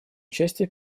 участие